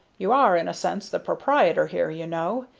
you are, in a sense, the proprietor here, you know,